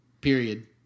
Period